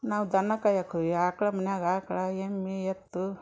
ನಾವು ದನ ಕಾಯಕ್ಕೆ ಹೋಯಿ ಆಕಳು ಮನ್ಯಾಗ ಆಕಳ ಎಮ್ಮೆ ಎತ್ತು